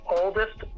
oldest